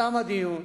תם הדיון,